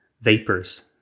vapors